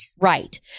Right